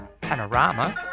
panorama